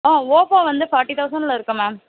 ஆ Oppo வந்து forty தௌசண்ட்டில் இருக்கு மேம்